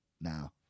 now